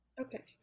Okay